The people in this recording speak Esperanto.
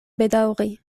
bedaŭri